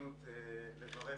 שלום לכולם.